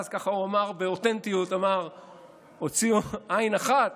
ואז ככה הוא אמר באותנטיות: הוציאו עין אחת,